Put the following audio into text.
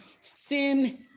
sin